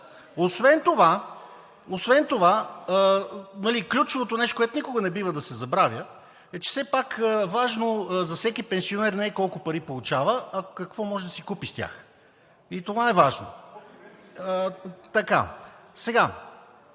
Освен това ключовото нещо, което никога не бива да се забравя, е, че все пак важно за всеки пенсионер не е колко пари получава, а какво може да си купи с тях. И това е важно. ХАСАН